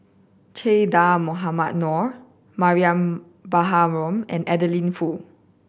Che Dah Mohamed Noor Mariam Baharom and Adeline Foo